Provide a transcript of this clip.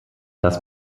das